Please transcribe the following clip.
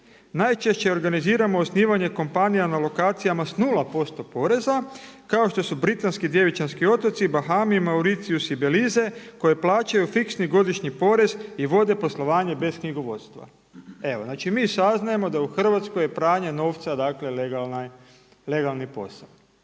Najčešće organiziramo osnivanje kompanija na lokacijama sa nula posto poreza kao što su Britanski djevičanski otoci, Bahami, Mauricius i Belize koji plaćaju fiksni godišnji porez i vode poslovanje bez knjigovodstva. Evo, znači mi saznajemo da u Hrvatskoj je pranje novca, dakle legalni posao.